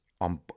on